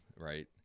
Right